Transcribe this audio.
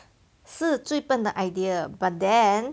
是最笨的 idea but then